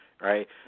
right